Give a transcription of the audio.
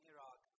Iraq